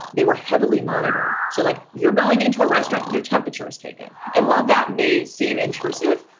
they were heavily monitored. so like you're going into a restaurant, your temperature is taken. and while that may seem intrusive,